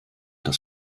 das